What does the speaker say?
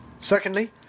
Secondly